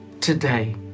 today